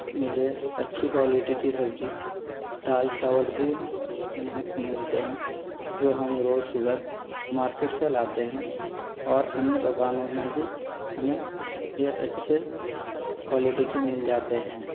मुझे अच्छी क्वालिटी की सब्ज़ी दाल चावल भी मोहे मिलते हैं जो हम रोज़ सुबह मार्केट से लाते हैं और अन्य दुकानों में भी हमें यह अच्छे क्वालेटी के मिल जाते हैं